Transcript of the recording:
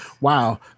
Wow